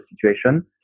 situation